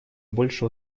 больше